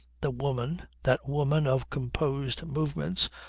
the woman, that woman of composed movements,